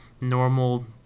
normal